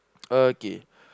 okay